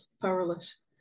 powerless